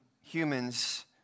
humans